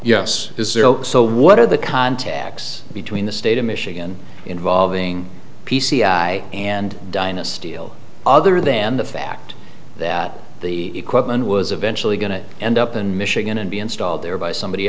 yes so what are the contacts between the state of michigan involving p c i and dynasty deal other than the fact that the equipment was eventually going to end up in michigan and be installed there by somebody